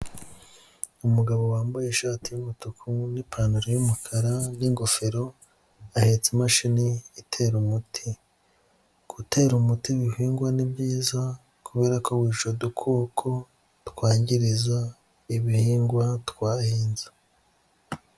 Umugabo wambaye ishati y'umutuku n'ipantaro y'umukara, n'ingofero ahetse imashini itera umuti, gutera umuti ibihingwa ni byiza kubera ko wihica udukoko twangiriza ibihingwa twahinze.